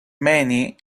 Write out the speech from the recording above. many